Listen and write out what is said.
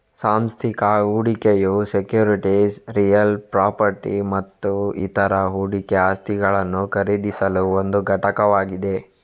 ಸಾಂಸ್ಥಿಕ ಹೂಡಿಕೆಯು securities real property ಮತ್ತು ಇತರ ಹೂಡಿಕೆ ಆಸ್ತಿಗಳನ್ನು ಖರೀದಿಸಲು ಒಂದು ಘಟಕವಾಗಿದೆ